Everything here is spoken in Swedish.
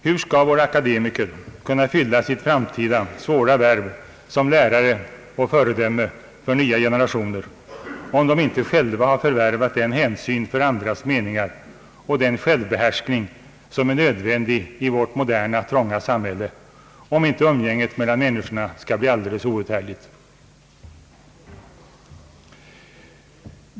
Hur skall våra akademiker kunna fylla sitt framtida svåra värv som lärare och föredöme för nya generationer, om de inte själva har förvärvat den hänsyn för andras meningar och den självbehärskning, som är nödvändig i vårt moderna, trånga samhälle för att inte umgänget mellan människorna skall bli outhärdligt?